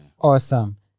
Awesome